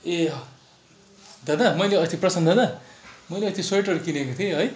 ए दादा मैले अस्ति प्रशान्त दादा मैले अस्ति स्वेटर किनेको थिएँ है